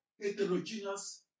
heterogeneous